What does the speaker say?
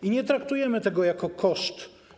I nie traktujemy tego jako koszt.